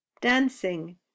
dancing